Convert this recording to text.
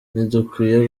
ntidukwiye